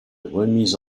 remise